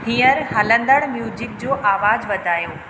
हींअर हलंदड़ म्यूजिक जो आवाज़ु वधायो